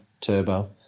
Turbo